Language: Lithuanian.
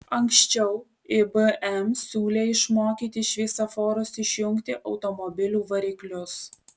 ankščiau ibm siūlė išmokyti šviesoforus išjungti automobilių variklius